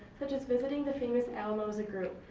such as visiting the famous alamosa group.